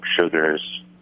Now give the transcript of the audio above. sugars